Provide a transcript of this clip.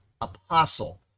apostle